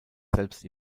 selbst